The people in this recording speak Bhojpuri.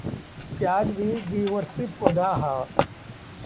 प्याज भी द्विवर्षी पौधा हअ